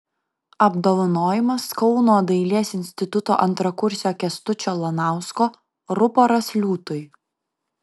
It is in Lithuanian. apdovanojimas kauno dailės instituto antrakursio kęstučio lanausko ruporas liūtui